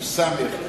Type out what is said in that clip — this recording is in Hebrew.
עם סמ"ך,